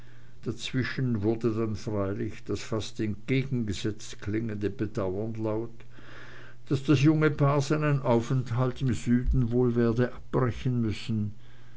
dazwischen wurde dann freilich das fast entgegengesetzt klingende bedauern laut daß das junge paar seinen aufenthalt im süden wohl werde abbrechen müssen